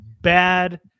bad